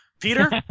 Peter